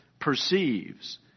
perceives